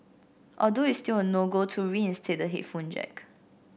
although it's still a no go to reinstate the headphone jack